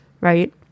Right